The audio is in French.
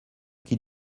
qu’il